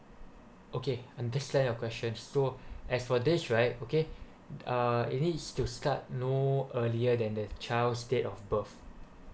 okay understand your question so as for this right okay uh it needs to start no earlier than the child's date of birth